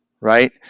right